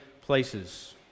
places